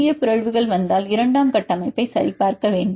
புதிய பிறழ்வுகள் வந்தால் இரண்டாம் கட்டமைப்பை சரி பார்க்க வேண்டும்